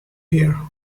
here